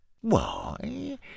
Why